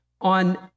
on